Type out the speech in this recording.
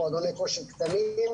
מועדוני כושר קטנים,